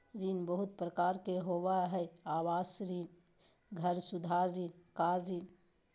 ऋण बहुत प्रकार के होबा हइ आवास ऋण, घर सुधार ऋण, कार ऋण